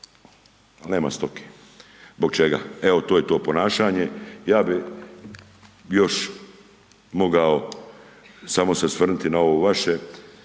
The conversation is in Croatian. nema stoke, zbog čega, evo to je to ponašanje. Ja bi još mogao samo se osvrnuti na ovo vaše